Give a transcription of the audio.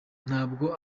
ntabwo